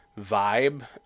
vibe